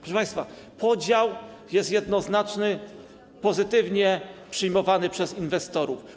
Proszę państwa, podział jest jednoznaczny i pozytywnie przyjmowany przez inwestorów.